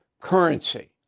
currency